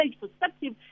perspective